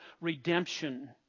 redemption